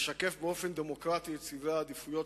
לשקף באופן דמוקרטי את סדרי העדיפויות